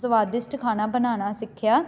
ਸਵਾਦਿਸ਼ਟ ਖਾਣਾ ਬਣਾਉਣਾ ਸਿੱਖਿਆ